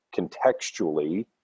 Contextually